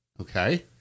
Okay